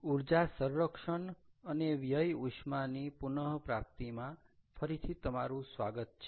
ઊર્જા સંરક્ષણ અને વ્યય ઉષ્માની પુનપ્રાપ્તિમાં ફરીથી તમારું સ્વાગત છે